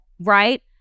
right